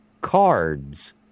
cards